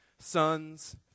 Sons